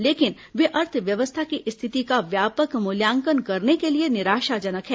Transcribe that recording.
लेकिन वे अर्थव्यवस्था की स्थिति का व्यापक मूल्यांकन करने के लिए निराशाजनक है